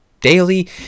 daily